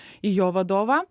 į jo vadovą